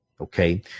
Okay